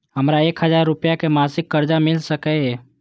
हमरा एक हजार रुपया के मासिक कर्जा मिल सकैये?